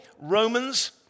Romans